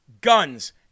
guns